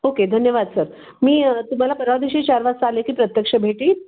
okay धन्यवाद sir मी तुम्हाला परवादिशी चार वाजता आले की प्रत्यक्ष भेटेन